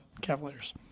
Cavaliers